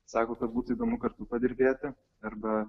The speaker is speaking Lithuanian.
sako kad būtų įdomu kartu padirbėti arba